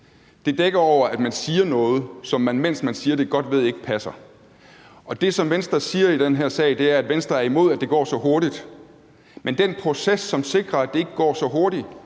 Det dækker over, at man siger noget, som man, mens man siger det, godt ved ikke passer. Og det, som Venstre siger i den her sag, er, at Venstre er imod, at det går så hurtigt – men den proces, som sikrer, at det ikke går så hurtigt,